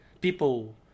people